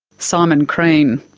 simon crean.